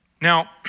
Now